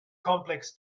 complex